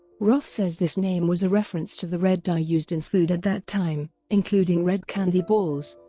roth says this name was a reference to the red dye used in food at that time, including red candy balls,